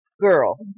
girl